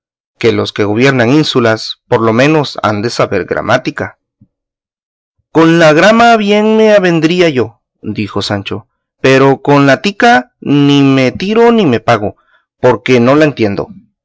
que los que gobiernan ínsulas por lo menos han de saber gramática con la grama bien me avendría yo dijo sancho pero con la tica ni me tiro ni me pago porque no la entiendo